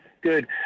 Good